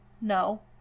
no